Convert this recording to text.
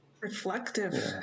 Reflective